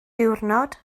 diwrnod